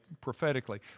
prophetically